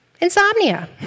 Insomnia